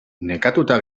nekatuta